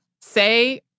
say